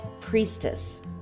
Priestess